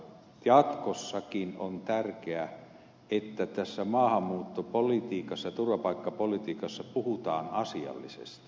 ja jatkossakin on tärkeää että tässä maahanmuuttopolitiikassa turvapaikkapolitiikassa puhutaan asiallisesti